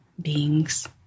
beings